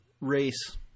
race